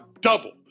double